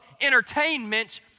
entertainment